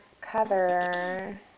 cover